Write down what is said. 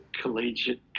collegiate